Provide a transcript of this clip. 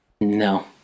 No